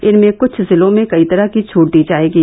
इनमें कुछ जिलों में कई तरह छट दी जाएंगी